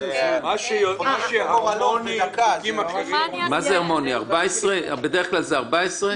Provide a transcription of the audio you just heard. בדרך כלל זה 14?